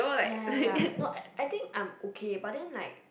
ya ya ya no I think I'm okay but that like